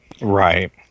Right